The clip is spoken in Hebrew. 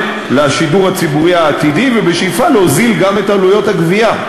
לשידור הציבורי העתידי ובשאיפה להוזיל גם את עלויות הגבייה.